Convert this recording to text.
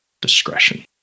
discretion